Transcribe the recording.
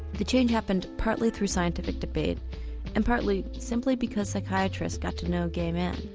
the change happened partly through scientific debate and partly, simply because psychiatrists got to know gay men.